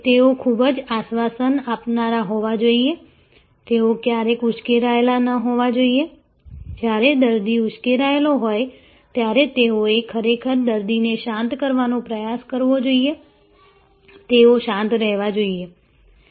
તેઓ ખૂબ જ આશ્વાસન આપનારા હોવા જોઈએ તેઓ ક્યારેય ઉશ્કેરાયેલા ન હોવા જોઈએ જ્યારે દર્દી ઉશ્કેરાયેલો હોય ત્યારે તેઓએ ખરેખર દર્દીને શાંત કરવાનો પ્રયાસ કરવો જોઈએ તેઓ શાંત રહેવા જોઈએ વગેરે